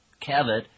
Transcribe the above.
Kevin